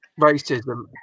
racism